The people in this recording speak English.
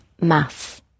mass